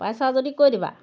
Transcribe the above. পাইছা যদি কৈ দিবা